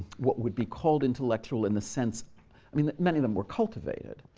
what would be called intellectual in the sense i mean many of them were cultivated,